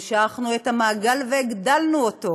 המשכנו את המעגל והגדלנו אותו,